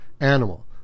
animal